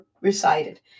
recited